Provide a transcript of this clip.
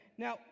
Now